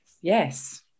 Yes